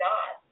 God